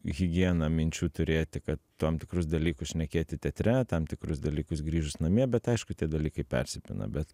higieną minčių turėti kad tam tikrus dalykus šnekėti teatre tam tikrus dalykus grįžus namie bet aišku tie dalykai persipina bet